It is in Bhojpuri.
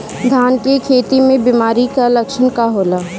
धान के खेती में बिमारी का लक्षण का होला?